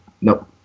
nope